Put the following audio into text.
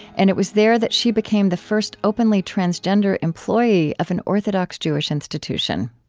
and it was there that she became the first openly transgender employee of an orthodox jewish institution.